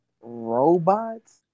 Robots